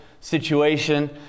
situation